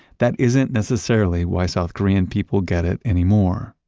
that isn't necessarily why south korean people get it anymore.